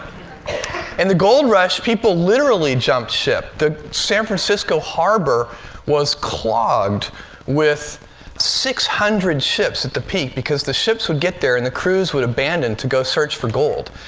and the gold rush, people literally jumped ship. the san francisco harbor was clogged with six hundred ships at the peak because the ships would get there and the crews would abandon to go search for gold.